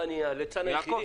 מה אני הליצן היחיד?